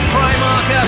Primark